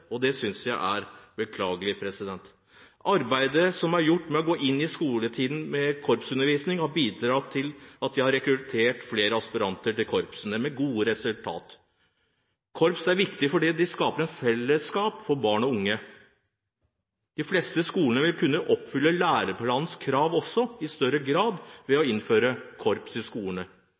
og det synes jeg er beklagelig. Arbeidet som er gjort med korpsundervisning i skoletiden, har gitt gode resultater og bidratt til at man har rekruttert flere aspiranter til korpsene. Korps er viktig fordi det skaper et fellesskap for barn og unge. De fleste skoler vil også kunne oppfylle læreplanens krav i større grad ved å innføre korps i skolene.